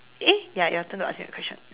eh ya your turn to ask me a question